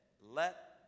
let